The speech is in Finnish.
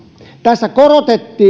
tässä korotetaan